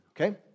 Okay